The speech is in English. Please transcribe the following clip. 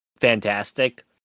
fantastic